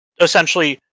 essentially